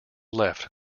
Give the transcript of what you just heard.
left